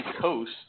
Coast